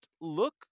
look